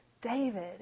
David